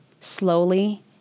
Slowly